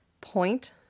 point